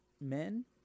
men